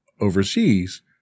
overseas